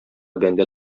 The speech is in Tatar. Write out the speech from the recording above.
бәндә